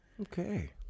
Okay